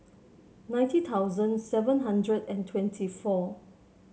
ninety thousand seven hundred and twenty four